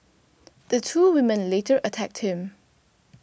the two women later attacked him